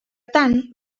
tant